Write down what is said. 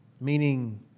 Meaning